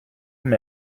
mais